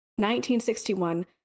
1961